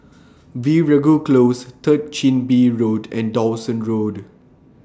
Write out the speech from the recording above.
Veeragoo Close Third Chin Bee Road and Dawson Road